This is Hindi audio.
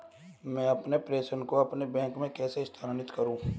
मैं अपने प्रेषण को अपने बैंक में कैसे स्थानांतरित करूँ?